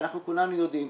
ואנחנו כולנו יודעים,